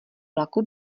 vlaku